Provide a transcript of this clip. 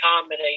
comedy